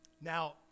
Now